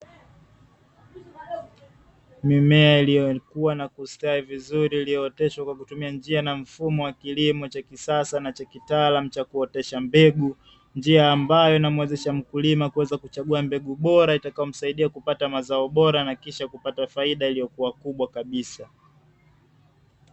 Mimea iliyokua na kustawi vizuri iliyooteshwa kwa kutumia njia na mfumo wa kilimo cha kisasa na chakitaalam chakuotesha mbegu, ambayo inamuwezesha mkulima kuweza kuchagua mbegu bora itakayomsaidia kupata mazao bora na kisha kupata faidia iliyokua kubwa kabisa.